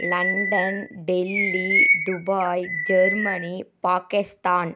London Delhi Dubai Germany Pakistan